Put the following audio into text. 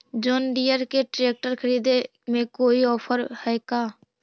जोन Deere के tractor खरिदे में कोई औफर है का?